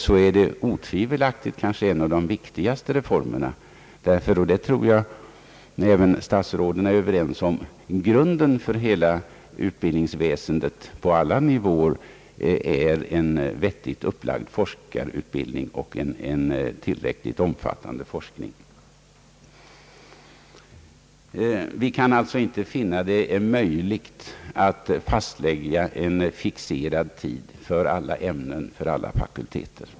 Detta är otvivelaktigt en av de viktigaste reformerna, därför att — det tror jag även statsråden är överens om — grunden för hela utbildningsväsendet på alla nivåer är en vettigt upplagd forskarutbildning och en tillräckligt omfattande forskning. Vi kan alltså inte finna det möjligt att fastställa en fixerad tid för alla ämnen, för alla fakulteter.